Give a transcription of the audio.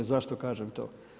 Zašto kažem to?